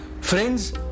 Friends